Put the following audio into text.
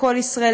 לקול ישראל,